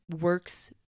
works